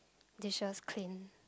dishes clean